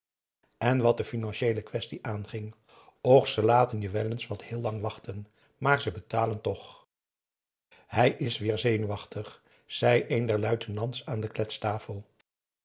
en wat de financieele quaestie aanging och ze laten je wel eens wat heel lang wachten maar ze betalen je toch hij is weer zenuwachtig zei een der luitenants aan de